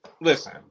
Listen